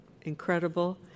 incredible